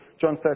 John